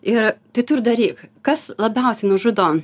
ir tai tu ir daryk kas labiausiai nužudo